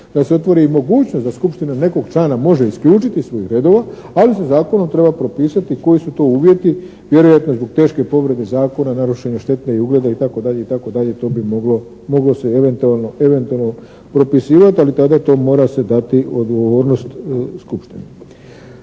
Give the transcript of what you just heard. da se otvori i mogućnosti da skupština nekog člana može isključiti iz svojih redova ali se zakonom treba propisati koji su to uvjeti vjerojatno zbog teške povrede zakona narušene, štete ugleda itd. To bi moglo se eventualno propisivati ali tada to mora se dati odgovornost skupštini.